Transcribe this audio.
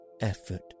effort